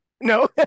No